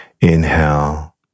Inhale